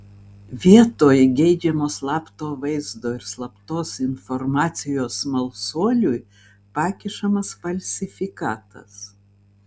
vietoj geidžiamo slapto vaizdo ir slaptos informacijos smalsuoliui pakišamas falsifikatas